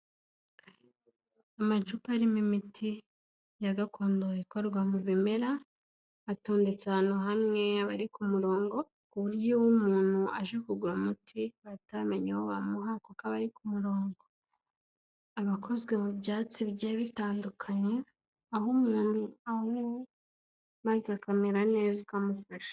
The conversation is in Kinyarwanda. Amacupa arimo imiti ya gakondo ikorwa mu bimera atodetse ahantu hamwe aba ari ku murongo kuburyo umuntu aje kugura umuti bahita bamenye uwo bamuha kuko aba ari ku murongo, aba akozwe mu byatsi bigiye bitandukanye aho umuntu awunywa maze akamera neza ukamufasha.